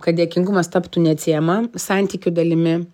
kad dėkingumas taptų neatsiejama santykių dalimi